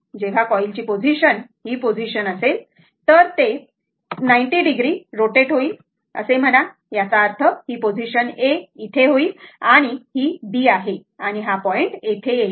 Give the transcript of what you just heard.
जेव्हा कॉईलची पोझिशन ही पोझिशन असेल तर ते 90 डिग्री रोटेट होईल म्हणा याचा अर्थ ही पोझिशन A येथे येईल आणि हि B आहे आणि हा पॉइंट येथे येईल